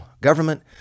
government